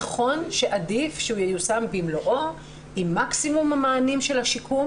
נכון שעדיף שהוא ייושם במלואו עם מקסימום המענים של השיקום